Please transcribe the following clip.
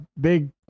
big